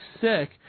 sick